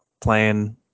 playing